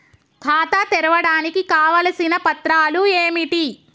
ఖాతా తెరవడానికి కావలసిన పత్రాలు ఏమిటి?